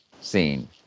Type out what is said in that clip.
scene